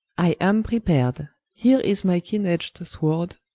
i am prepar'd here is my keene-edg'd sword,